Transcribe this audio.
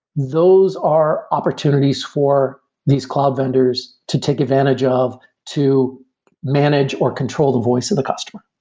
those are opportunities for these cloud vendors to take advantage of to manage or control the voice of the customer.